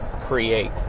create